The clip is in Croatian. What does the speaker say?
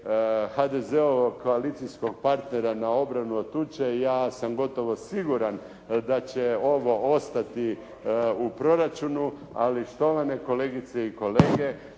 HDZ-ovog koalicijskog partnera na obranu od tuče ja sam gotovo siguran da će ovo ostati u proračunu ali štovane kolegice i kolege